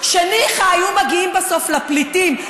שניחא אם היו מגיעים בסוף לפליטים,